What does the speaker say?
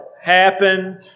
happen